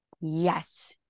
Yes